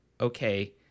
okay